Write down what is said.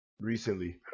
recently